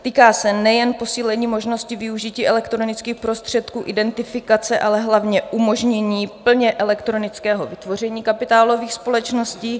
Týká se nejen posílení možnosti využití elektronických prostředků identifikace, ale hlavně umožnění plně elektronického vytvoření kapitálových společností.